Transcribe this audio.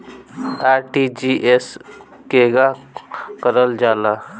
RTGS केगा करलऽ जाला?